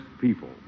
people